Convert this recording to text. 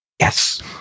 Yes